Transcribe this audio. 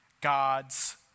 God's